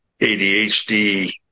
ADHD